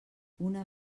una